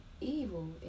evil